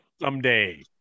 someday